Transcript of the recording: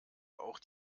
auch